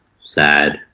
sad